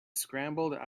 scrambled